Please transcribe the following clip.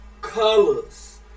Colors